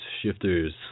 shifters